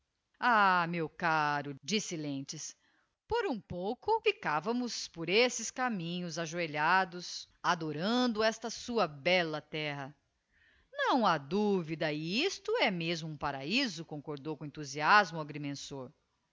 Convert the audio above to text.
ah meu caro disse lentz por um pouco ficávamos por esses caminhos ajoelhados adorando esta sua bella terra não ha duvida isto é mesmo um paraisc concordou com enthusiasmo o agrimensor